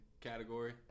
category